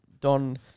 don